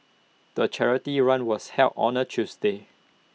the charity run was held on A Tuesday